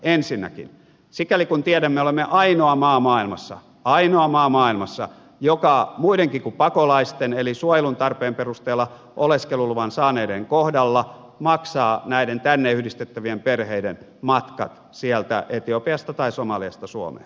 ensinnäkin sikäli kun tiedämme olemme ainoa maa maailmassa ainoa maa maailmassa joka muidenkin kuin pakolaisten eli suojelun tarpeen perusteella oleskeluluvan saaneiden kohdalla maksaa näiden tänne yhdistettävien perheiden matkat sieltä etiopiasta tai somaliasta suomeen